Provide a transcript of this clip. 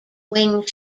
wing